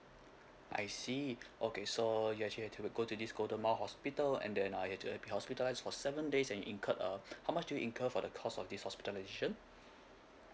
I see okay so you actually had to go to this golden mile hospital and then uh you have to uh be hospitalised for seven days and you incurred uh how much did you incur for the cost of this hospitalization